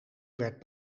werd